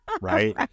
right